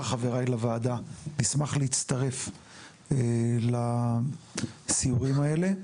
חבריי לוועדה נשמח להצטרף לסיורים האלה.